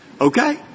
Okay